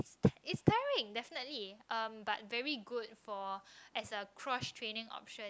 it's it's tiring definitely um but very good for as a cross training option